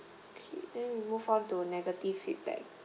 okay then we move on to negative feedback